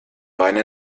beine